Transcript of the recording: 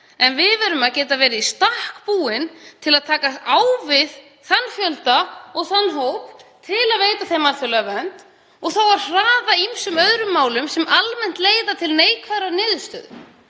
En við verðum að geta verið í stakk búin til að takast á við þann fjölda og þann hóp til að veita þeim alþjóðlega vernd og hraða þá ýmsum öðrum málum sem leiða almennt til neikvæðrar niðurstöðu.